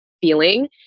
feeling